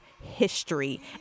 history